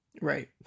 Right